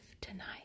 tonight